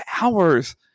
hours